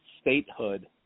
statehood